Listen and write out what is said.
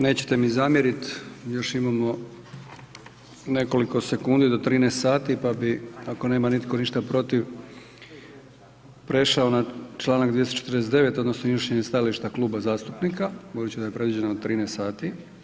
Nećete mi zamjeriti, još imamo nekoliko sekundi do 13 sati, pa bi ako nema nitko ništa protiv, prešao na čl. 249. odnosno mišljenje stajališta Kluba zastupnika budući da je predviđena od 12 sati.